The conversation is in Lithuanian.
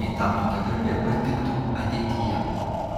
jei tau tokia garbė patiktų ateityje